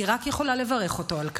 אני רק יכולה לברך אותו על כך.